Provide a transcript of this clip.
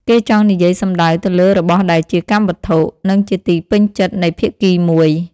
គេចង់និយាយសំដៅទៅលើរបស់ដែលជាកម្មវត្ថុ និងជាទីពេញចិត្តនៃភាគីមួយ ។